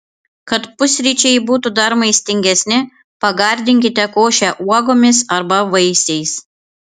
kad pusryčiai būtų dar maistingesni pagardinkite košę uogomis arba vaisiais